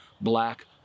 black